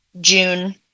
June